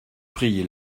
priez